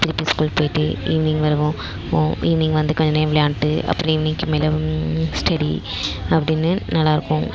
திரும்பி ஸ்கூல் போயிட்டு ஈவினிங் வருவோம் ம் ஈவினிங் வந்து கொஞ்சம் நேரம் விளையாகிட்டு அப்புறம் ஈவினிங்க்கு மேலே ஸ்டெடி அப்படின்னு நல்லாயிருக்கும்